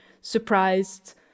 surprised